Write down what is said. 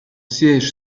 siège